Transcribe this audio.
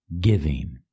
giving